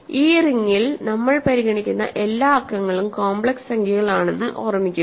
ഈ റിംഗിൽ നമ്മൾ പരിഗണിക്കുന്ന എല്ലാ അക്കങ്ങളും കോംപ്ലക്സ് സംഖ്യകളാണെന്ന് ഓർമ്മിക്കുക